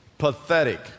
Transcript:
pathetic